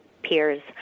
peers